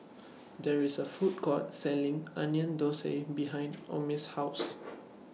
There IS A Food Court Selling Onion Thosai behind Omie's House